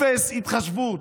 אפס התחשבות,